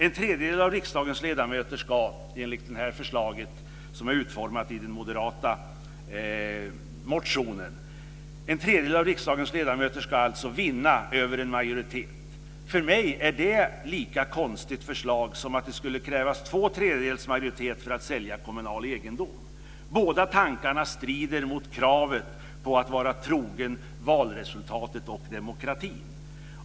En tredjedel av riksdagens ledamöter ska, enligt förslaget som är utformat i den moderata motionen, alltså vinna över en majoritet! För mig är det ett lika konstigt förslag som att det skulle krävas två tredjedels majoritet för att sälja kommunal egendom. Båda tankarna strider mot kravet på att vara trogen valresultatet och demokratin.